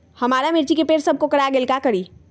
हमारा मिर्ची के पेड़ सब कोकरा गेल का करी?